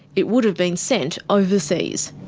it would have been sent overseas.